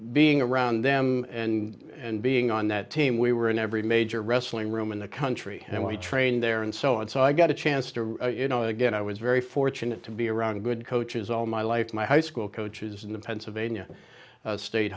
being around them and being on that team we were in every major wrestling room in the country and we trained there and so and so i got a chance to you know again i was very fortunate to be around good coaches all my life my high school coaches in the pennsylvania